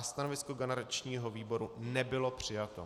Stanovisko garančního výboru nebylo přijato.